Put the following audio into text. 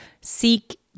seek